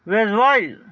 visual